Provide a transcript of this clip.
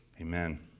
Amen